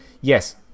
yes